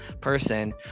person